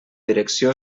direcció